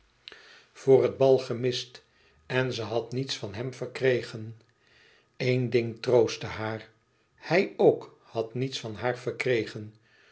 voor het bal gemist en ze had niets van hem verkregen een ding troostte haar hij ook had niets van haar verkregen